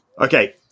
Okay